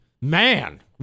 man